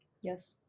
yes